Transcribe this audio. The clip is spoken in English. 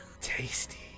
Tasty